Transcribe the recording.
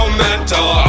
mental